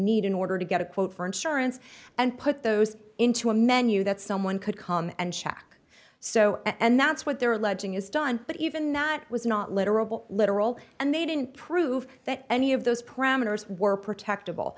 need in order to get a quote for insurance and put those into a menu that someone could come and check so and that's what they're alleging is done but even not was not literal literal and they didn't prove that any of those parameters were protect